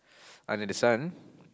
under the sun